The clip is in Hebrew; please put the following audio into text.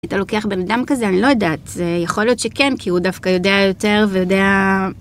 אתה לוקח בן אדם כזה, אני לא יודעת, זה יכול להיות שכן, כי הוא דווקא יודע יותר ויודע...